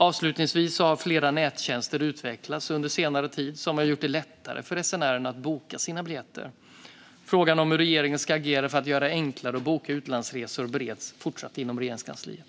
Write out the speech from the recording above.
Avslutningsvis har flera nättjänster utvecklats under senare tid som har gjort det lättare för resenärerna att boka sina biljetter. Frågan hur regeringen ska agera för att göra det enklare att boka utlandsresor bereds fortsatt inom Regeringskansliet.